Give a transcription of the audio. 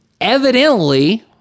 evidently